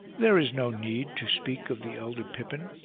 there is no need to speak of the elder pippin,